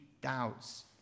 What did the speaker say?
doubts